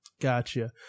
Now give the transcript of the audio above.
Gotcha